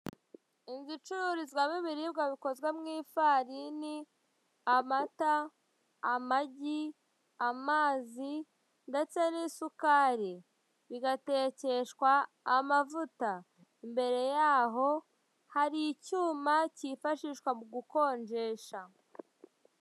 Inzu icururizwamo ibiribwa bikozwe mu ifarini, amata, amagi, amazi ndetse n'isukari bigatekeshwa amavuta, imbere yaho hari icyuma cyifashishwa mu gukonjesha.